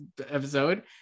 episode